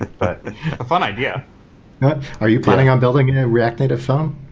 but a fun idea are you planning on building and a react native phone,